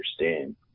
understand